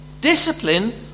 discipline